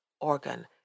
organ